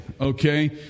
okay